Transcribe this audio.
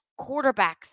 quarterbacks